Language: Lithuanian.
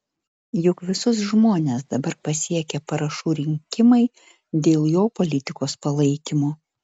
juk visus žmones dabar pasiekia parašų rinkimai dėl jo politikos palaikymo